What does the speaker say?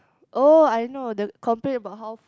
oh I know the complain about how